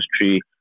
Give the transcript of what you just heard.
industry